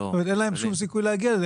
זאת אומרת אין להם שום סיכוי להגיע לזה,